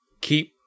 keep